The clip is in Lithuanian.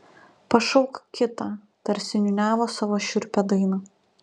pašauk kitą tarsi niūniavo savo šiurpią dainą